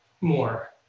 more